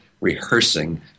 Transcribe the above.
rehearsing